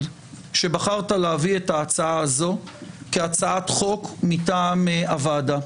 שבחרת להביא את ההצעה הזאת כהצעת חוק מטעם הוועדה.